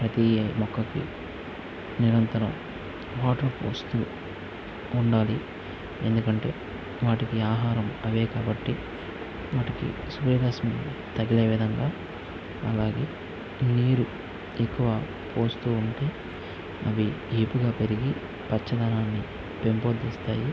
ప్రతి మొక్కకి నిరంతరం వాటర్ పోస్తూ ఉండాలి ఎందుకంటే వాటికీ ఆహారం అవే కాబట్టి వాటికి సూర్యరశ్మి తగిలే విధంగా అలాగే నీరు ఎక్కువ పోస్తూ ఉంటే అవి ఏపుగా పెరిగి పచ్చదనాన్ని పెంపొందిస్తాయి